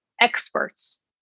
experts